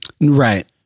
Right